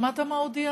שמעת מה הודיע